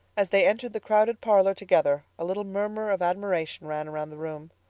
as they entered the crowded parlor together a little murmur of admiration ran around the room.